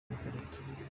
amakarita